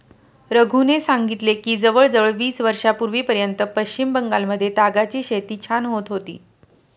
रघूने सांगितले की जवळजवळ वीस वर्षांपूर्वीपर्यंत पश्चिम बंगालमध्ये तागाची शेती छान होत होती